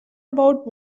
about